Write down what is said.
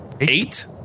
eight